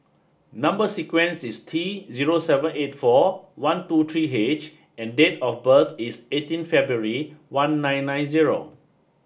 number sequence is T zero seven eight four one two three H and date of birth is eighteen February one nine nine zero